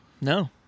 No